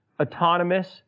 autonomous